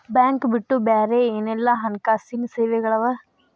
Bank ಬಿಟ್ಟು ಬ್ಯಾರೆ ಏನೆಲ್ಲಾ ಹಣ್ಕಾಸಿನ್ ಸೆವೆಗಳವ?